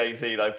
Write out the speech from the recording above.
18